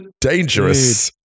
dangerous